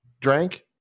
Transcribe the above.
drank